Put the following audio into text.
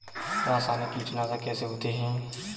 रासायनिक कीटनाशक कैसे होते हैं?